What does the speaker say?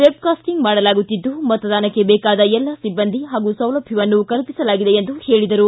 webcasting ಮಾಡಲಾಗುತ್ತಿದ್ದು ಮತದಾನಕ್ಕೆ ಬೇಕಾದ ಎಲ್ಲ ಸಿಬ್ಲಂದಿ ಹಾಗೂ ಸೌಲಭ್ಯವನ್ನು ಕಲ್ಪಿಸಲಾಗಿದೆ ಎಂದರು